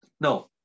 No